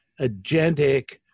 agentic